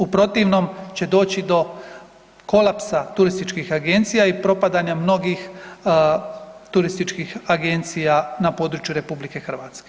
U protivnom će doći do kolapsa turističkih agencija i propadanja mnogih turističkih agencija na području RH.